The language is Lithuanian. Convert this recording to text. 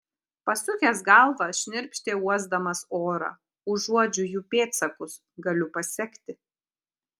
pasukęs galvą šnirpštė uosdamas orą užuodžiu jų pėdsakus galiu pasekti